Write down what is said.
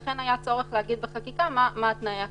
לכן היה צורך להגיד בחקיקה מה תנאי הכשירות.